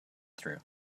through